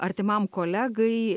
artimam kolegai